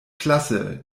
klasse